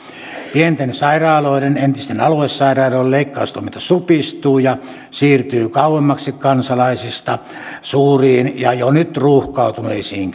pienten sairaaloiden entisten aluesairaaloiden leikkaustoiminta supistuu ja siirtyy kauemmaksi kansalaisista suuriin ja jo nyt ruuhkautuneisiin